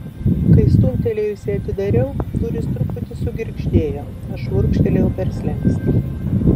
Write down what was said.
kai stumtelėjusi atidariau durys truputį sugirgždėjo aš šmurkštelėjau per slenkstį